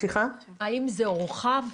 האם זה הורחב?